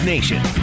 Nation